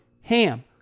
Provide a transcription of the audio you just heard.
HAM